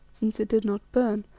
since it did not burn,